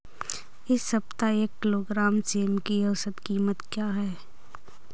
इस सप्ताह एक किलोग्राम सेम की औसत कीमत क्या है?